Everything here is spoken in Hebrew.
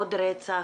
עוד רצח,